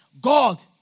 God